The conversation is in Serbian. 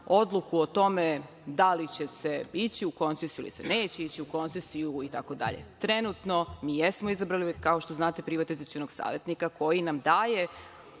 odluku o tome da li će se ići u koncesiju ili se neće ići u koncesiju itd. Trenutno, mi jesmo izabrali kao što znate, privatizacionog savetnika, koji treba